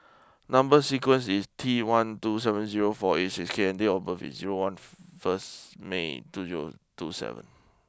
number sequence is T one two seven zero four eight six K and date of birth is zero once first May two zero two seven